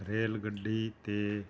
rail ਗੱਡੀ 'ਤੇ